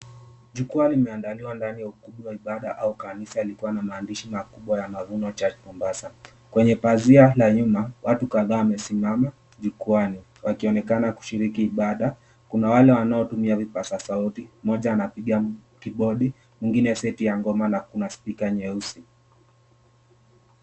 Jukwaa limeandaliwa ndani ya ukumbi wa ibada au kanisa lilikuwa na maandishi makubwa ya Mavuno Church Mombasa. Kwenye pazia la nyuma, watu kadhaa wamesimama jukwaani wakionekana kushiriki ibada. Kuna wale wanaotumia vipaza sauti moja anapiga keyboard , mwingine seti ya ngoma na kuna spika nyeusi.